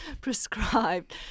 prescribed